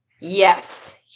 Yes